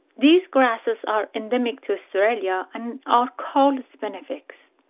these grasses are endemic to australia and are called spinifex.